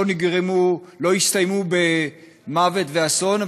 לא הסתיימו במוות ואסון,